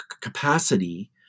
capacity